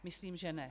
Myslím že ne.